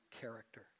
character